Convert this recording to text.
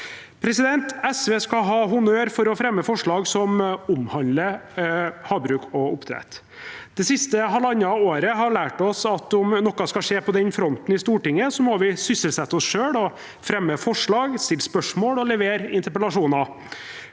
SV skal ha honnør for å fremme forslag som omhandler havbruk og oppdrett. Det siste halvannet året har lært oss at om noe skal skje på den fronten i Stortinget, må vi sysselsette oss selv og fremme forslag, stille spørsmål og levere interpellasjoner.